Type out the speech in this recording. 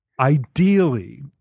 Ideally